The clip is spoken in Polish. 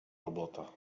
robota